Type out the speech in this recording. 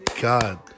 God